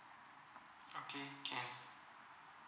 okay can